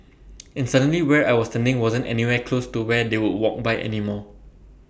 and suddenly where I was standing wasn't anywhere close to where they would walk by anymore